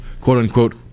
quote-unquote